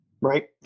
Right